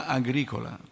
agricola